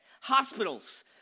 hospitals